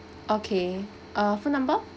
okay err phone number